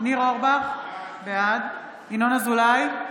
ניר אורבך, בעד ינון אזולאי,